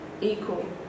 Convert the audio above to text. equal